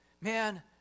man